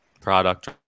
product